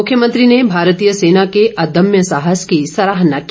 मुख्यमंत्री ने भारतीय सेना के अदम्य साहस की सराहना की